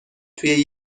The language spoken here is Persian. توی